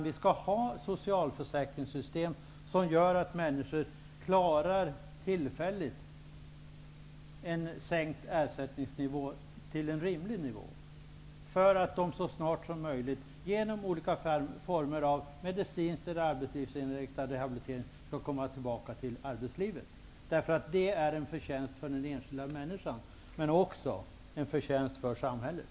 Vi skall ha ett socialförsäkringssystem som gör att människor klarar att tillfälligt leva på en sänkt ersättningsnivå. De skall sedan så snart som möjligt med hjälp av olika former av medicinskt eller arbetsinriktad rehabilitering kunna komma tillbaka till arbetslivet. Det är en förtjänst för den enskilda människan, men också en förtjänst för samhället.